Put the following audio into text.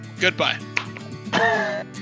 Goodbye